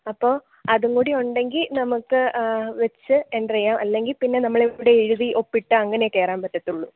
അപ്പോൾ അതും കൂടി ഉണ്ടെങ്കിൽ നമുക്ക് വച്ചു എൻട്രിയ്യാം അല്ലെങ്കിൽ പിന്നെ നമ്മൾ ഇവിടെ എഴ്തി ഒപ്പിട്ട് അങ്ങനെ കയറാൻ പറ്റത്തുളളൂ